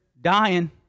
dying